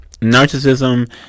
narcissism